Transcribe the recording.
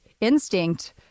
instinct